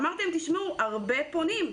אמרתי להם: תשמעו, הרבה פונים.